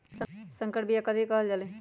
संकर बिया कथि के कहल जा लई?